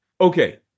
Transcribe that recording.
Okay